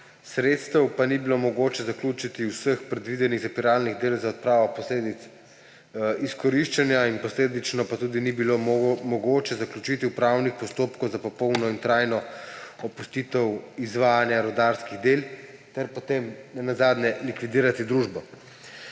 sredstev pa ni bilo mogoče zaključiti vseh predvidenih zapiralnih del za odpravo posledic izkoriščanja, posledično pa tudi ni bilo mogoče zaključiti upravnih postopkov za popolno in trajno opustitev izvajanja rudarskih del ter potem nenazadnje likvidirati družbo.